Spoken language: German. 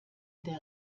der